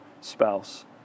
spouse